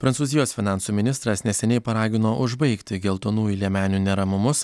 prancūzijos finansų ministras neseniai paragino užbaigti geltonųjų liemenių neramumus